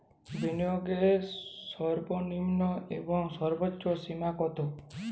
বিনিয়োগের সর্বনিম্ন এবং সর্বোচ্চ সীমা কত?